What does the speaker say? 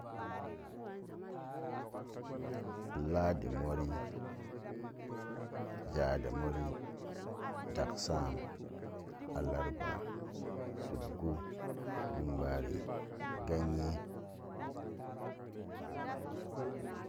I'ladi mori, jadamori, daksam, allarba, suggu, jumbare, ganye.